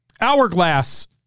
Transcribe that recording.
Hourglass